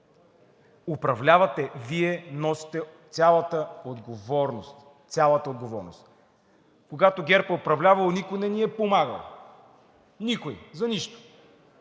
Управлявате Вие, носите цялата отговорност. Цялата отговорност! Когато ГЕРБ са управлявали, никой не ни е помагал – никой за нищо.